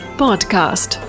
podcast